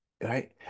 right